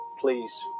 please